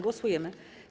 Głosujemy.